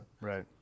Right